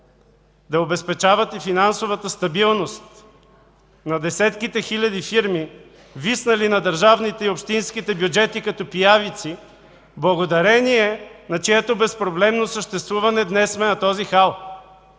да обезпечават и финансовата стабилност на десетките хиляди фирми, виснали на държавните и общинските бюджети като пиявици, благодарение на чието безпроблемно съществуване днес сме на този хал.